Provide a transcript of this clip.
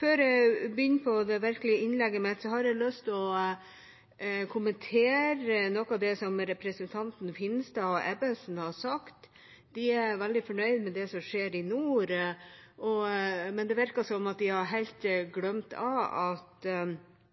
Før jeg begynner på innlegget mitt, har jeg lyst til å kommentere noe av det representanten Finstad og representanten Ebbesen har sagt. De er veldig fornøyd med det som skjer i nord, men det virker som om de helt har